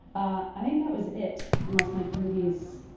i think that was it, unless my committee is.